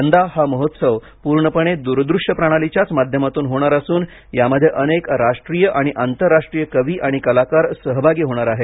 यंदा हा महोत्सव पूर्णपणे दूर दृश्य प्रणालीच्याच माध्यमातून होणार असून यामध्ये अनेक राष्ट्रीय आणि आंतरराष्ट्रीय कवी आणि कलाकार सहभागी होणार आहेत